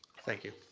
thank you.